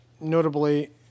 notably